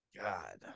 God